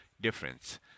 difference